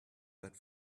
that